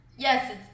Yes